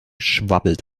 schwabbelt